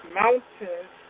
mountains